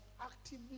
actively